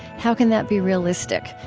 how can that be realistic,